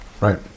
Right